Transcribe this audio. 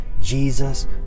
Jesus